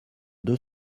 deux